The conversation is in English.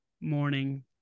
morning